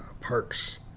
parks